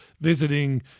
visiting